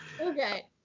okay